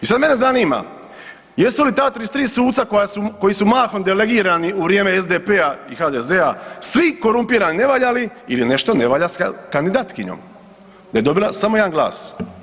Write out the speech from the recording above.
I sad mene zanima jesu li ta 33 suca koji su mahom delegirani u vrijeme SDP-a i HDZ-a svi korumpirani, nevaljali ili nešto ne valja s kandidatkinjom da je dobila samo 1 glas.